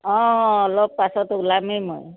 অঁ অলপ পাছত ওলামেই মই